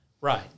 right